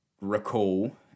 recall